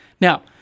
Now